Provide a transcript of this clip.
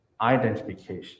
identification